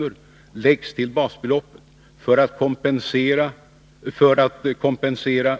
skall läggas till basbeloppet för att kompensera